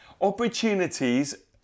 opportunities